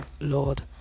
lord